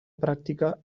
pràctica